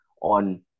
on